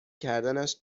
کردنش